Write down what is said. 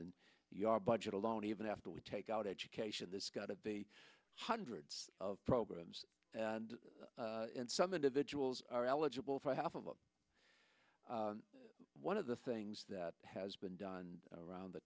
your budget alone even after we take out education that's got to be hundreds of programs and some individuals are eligible for half of one of the things that has been done around the